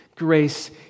grace